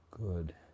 good